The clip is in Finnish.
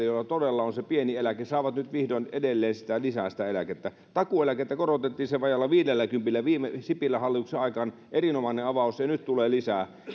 joilla todella on se pieni eläke saavat nyt edelleen lisää sitä eläkettä takuueläkettä korotettiin vajaalla viidelläkympillä sipilän hallituksen aikana erinomainen avaus ja nyt tulee lisää